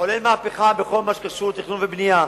לחולל מהפכה בכל מה שקשור לתכנון ובנייה.